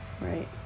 Right